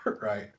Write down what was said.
Right